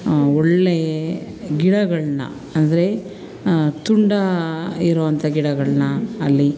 ಒಳ್ಳೆಯ ಗಿಡಗಳನ್ನ ಅಂದರೆ ತುಂಡ ಇರುವಂಥ ಗಿಡಗಳನ್ನ ಅಲ್ಲಿ